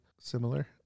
similar